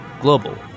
Global